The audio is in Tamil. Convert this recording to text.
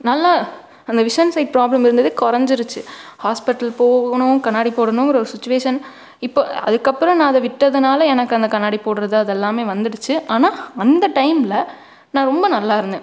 நல்லா அந்த விஷன்ஸ் ஸயிட் ப்ராப்ளம் இருந்தது கொறைஞ்சிருச்சி ஹாஸ்பிட்டல் போகணும் கண்ணாடி போடணும் ஒரு சிச்சுவேசன் இப்போ அதுக்கப்பறம் நான் அதை விட்டதினால எனக்கு அந்த கண்ணாடி போடுறது அதெல்லாமே வந்துடுச்சு ஆனால் அந்த டைம்ல நான் ரொம்ப நல்லா இருந்தேன்